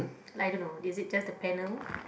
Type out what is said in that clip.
I don't know is it just the panel